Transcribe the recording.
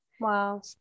Wow